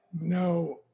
no